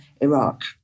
Iraq